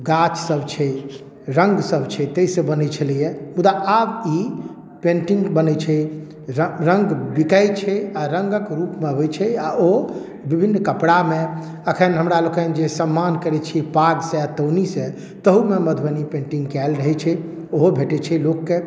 गाछ सब छै रङ्ग सब छै ताहिसँ बनै छलै हँ मुदा आब ई पेंटिंग बनै छै रङ्ग बिकाइ छै आओर रङ्गक रूपमे होइ छै आओर ओ विभिन्न कपड़ामे अखन हमरा लोकैन जे सम्मान करै छी पागसँ तौनीसँ तहूमे मधुबनी पेंटिंग कैल रहै छै उहो भेटै छै लोकके